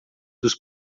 dos